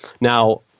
Now